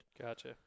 Gotcha